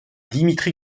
dimitri